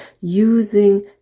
using